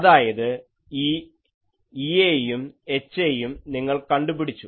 അതായത് ഈ EAയും HAയും നിങ്ങൾ കണ്ടുപിടിച്ചു